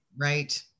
Right